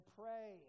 pray